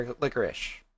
licorice